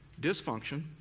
dysfunction